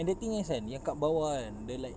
and the thing is kan yang kat bawah kan the like